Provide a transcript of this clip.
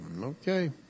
Okay